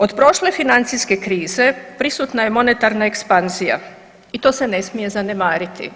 Od prošle financijske krize prisutna je monetarna ekspanzija i to se ne smije zanemariti.